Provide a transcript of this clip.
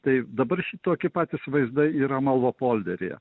tai dabar ši tokie patys vaizdai yra amalo polderyje